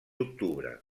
octubre